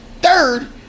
Third